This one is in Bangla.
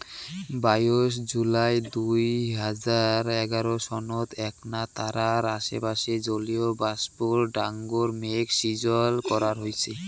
বাইশ জুলাই দুই হাজার এগারো সনত এ্যাকনা তারার আশেপাশে জলীয়বাষ্পর ডাঙর মেঘ শিজ্জন করা হইচে